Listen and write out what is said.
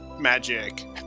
magic